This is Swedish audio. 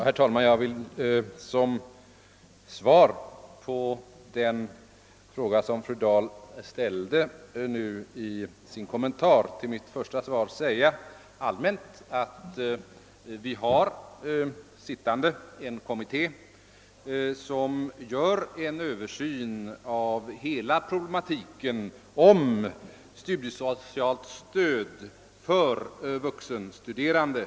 Herr talman! Jag vill som svar på den fråga fru Dahl ställde i sin kommentar till mitt första svar allmänt framhålla, att det tillsatts en kommitté som för närvarande arbetar med en översyn av Aela problematiken om studiesocialt stöd för vuxenstuderande.